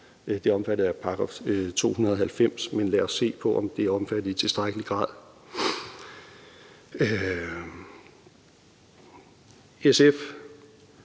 er omfattet af § 290 – men lad os se på, om det er omfattet i tilstrækkelig grad.